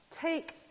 take